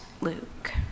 Luke